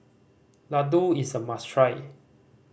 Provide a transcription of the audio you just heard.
ladoo is a must try